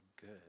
good